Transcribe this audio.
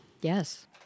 yes